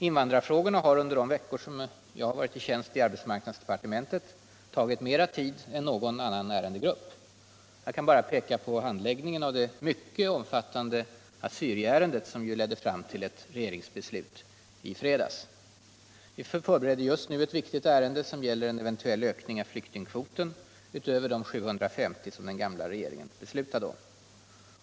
Invandrarfrågorna har under de veckor som jag varit i tjänst i arbetsmarknadsdepartementet tagit mer tid än någon annan ärendegrupp. Jag kan bara peka på handläggningen av det mycket omfattande assyrierärendet som ledde fram till ett regeringsbeslut i fredags. Vi förbereder just nu ett viktigt ärende som gäller en eventuell ökning av flyktingkvoten utöver de 750 som den gamla regeringen beslutade om.